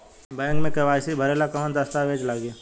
Bank मे KYC भरेला कवन दस्ता वेज लागी?